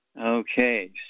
Okay